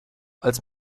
als